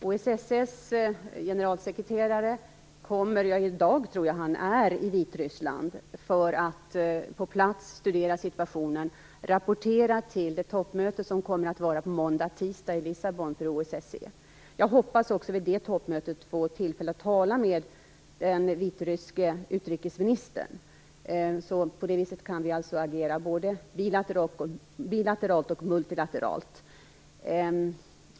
OSSE:s generalsekreterare kommer till Vitryssland - jag tror att han är där i dag - för att på plats studera situationen och rapportera till det toppmöte som OSSE kommer att hålla i Lissabon på måndag och tisdag. Jag hoppas få tillfälle att tala med den vitryske utrikesministern vid det toppmötet. På det viset kan Sverige agera både bilateralt och multilateralt.